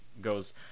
goes